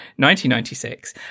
1996